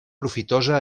profitosa